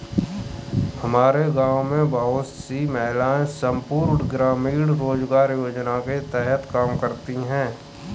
हमारे गांव में बहुत सी महिलाएं संपूर्ण ग्रामीण रोजगार योजना के तहत काम करती हैं